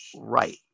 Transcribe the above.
right